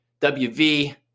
WV